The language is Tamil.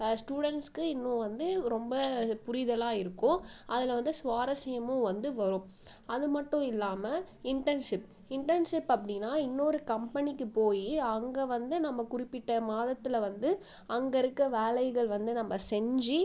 ஸ்டுடெண்ட்ஸ்க்கு இன்னும் வந்து ரொம்ப புரிதலாக இருக்கும் அதில் வந்து சுவாரஸ்யமும் வந்து வரும் அது மட்டும் இல்லாமல் இன்டர்ன்ஷிப் இன்டர்ன்ஷிப் அப்படின்னா இன்னொரு கம்பெனிக்கு போய் அங்கே வந்து நம்ம குறிப்பிட்ட மாதத்தில் வந்து அங்கே இருக்க வேலைகள் வந்து நம்ம செஞ்சு